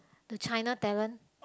the China talent